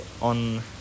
on